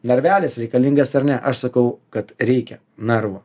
narvelis reikalingas ar ne aš sakau kad reikia narvo